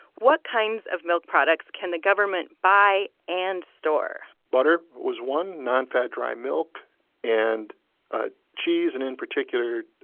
what kinds of milk products can the government buy and store? butter was one, nonfat dry milk and ah cheese and in particular,